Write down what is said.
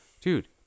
Dude